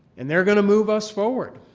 and they're going to move us forward.